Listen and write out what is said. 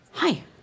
Hi